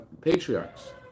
patriarchs